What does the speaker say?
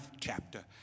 chapter